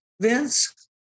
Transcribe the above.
Vince